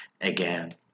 again